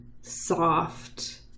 soft